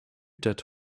dead